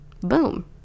boom